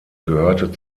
gehörte